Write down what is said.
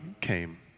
came